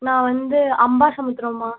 நான் வந்து அம்பாசமுத்துரம்மா